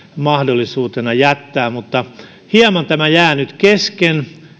mahdollisuutena jättää hieman tämä jää nyt kesken